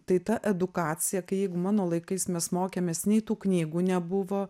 tai ta edukacija kai jeigu mano laikais mes mokėmės nei tų knygų nebuvo